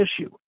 issue